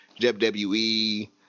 WWE